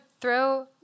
throw